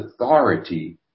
authority